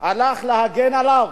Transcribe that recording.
הלך להגן עליו,